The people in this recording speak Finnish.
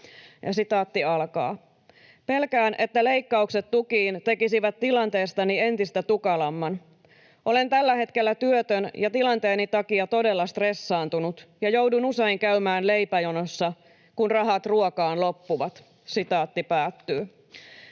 nyt.” ”Pelkään, että leikkaukset tukiin tekisivät tilanteestani entistä tukalamman. Olen tällä hetkellä työtön ja tilanteeni takia todella stressaantunut ja joudun usein käymään leipäjonossa, kun rahat ruokaan loppuvat.” ”Elätän